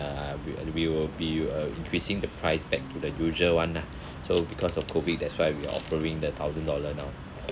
uh we we will be uh increasing the price back to the usual [one] lah so because of COVID that's why we are offering the thousand dollar now